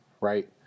right